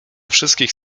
wszystkich